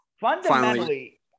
Fundamentally